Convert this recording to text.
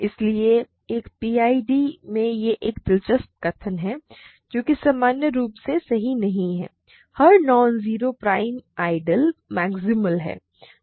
इसलिए एक पीआईडी में यह एक दिलचस्प कथन है जो कि सामान्य रूप से सही नहीं है हर non zero prime ideal maximal है